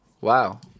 wow